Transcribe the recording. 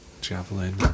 Javelin